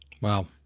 Wow